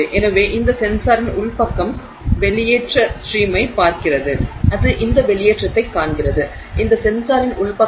எனவே இந்த சென்சாரின் உள் பக்கம் வெளியேற்ற ஸ்ட்ரீமைப் பார்க்கிறது அது இந்த வெளியேற்றத்தைக் காண்கிறது இந்த சென்சாரின் உள் பக்கம்